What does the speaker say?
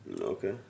Okay